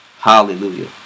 Hallelujah